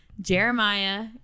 Jeremiah